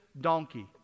donkey